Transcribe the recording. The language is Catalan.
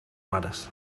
mares